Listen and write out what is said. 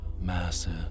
massive